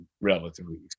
relatively